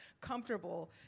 comfortable